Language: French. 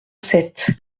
sept